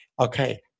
Okay